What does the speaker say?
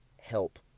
help